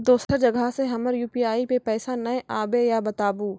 दोसर जगह से हमर यु.पी.आई पे पैसा नैय आबे या बताबू?